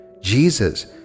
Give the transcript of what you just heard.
Jesus